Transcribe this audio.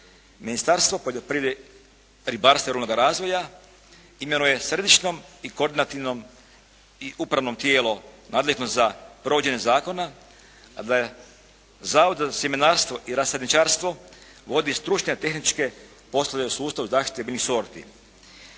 Ministarstvo ribarstva i ruralnog razvoja imenuje središnjom i koordinativnom i upravnom tijelo nadležno za provođenje zakona a da je Zavod za sjemenarstvo i rasadničarstvo vodi stručne, tehničke poslove u sustavu zaštite biljnih sorti.